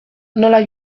nola